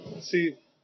See